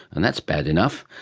and that's bad enough,